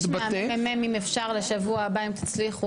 הייתי רוצה לבקש מהממ"מ אם אפשר לשבוע הבא אם תצליחו